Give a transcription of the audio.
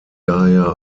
daher